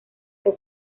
que